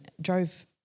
Drove